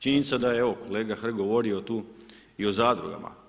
Činjenica da je evo kolega Hrg govorio i o zadrugama.